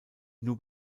nur